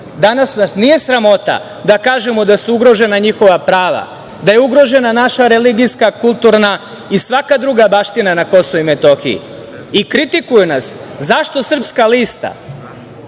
nas nije sramota da kažemo da su ugrožena njihova prava, da je ugrožena naša religijska, kulturna i svaka druga baština na Kosovu i Metohiji. Kritikuju nas zašto Srpska lista,